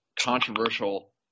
controversial